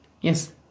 Yes